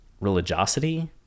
religiosity